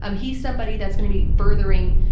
um he's somebody that's going to be furthering,